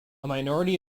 minority